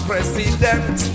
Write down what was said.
President